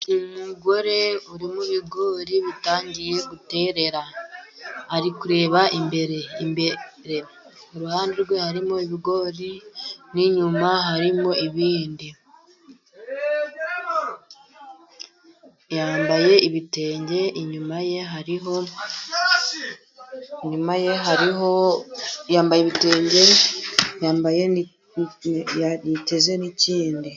Umugore uri mu ibigori bitangiye guterera, ari kureba imbere iruhande rwe harimo ibigori n'inyuma harimo ibindi. Yambaye ibitenge yiteze n'ikindi.